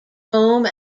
home